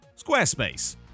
Squarespace